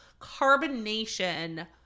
carbonation